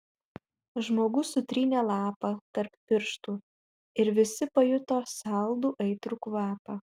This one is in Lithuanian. žmogus sutrynė lapą tarp pirštų ir visi pajuto saldų aitrų kvapą